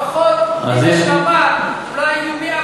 לפחות, אולי יהיו 100,